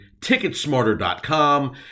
TicketSmarter.com